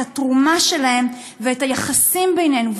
את התרומה שלהם ואת היחסים בינינו,